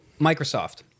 Microsoft